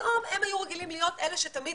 שפתאום הם היו רגילים להיות אלה שתמיד